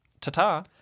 Ta-ta